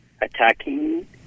attacking